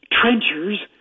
trenchers